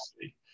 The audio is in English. see